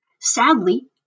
Sadly